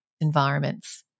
environments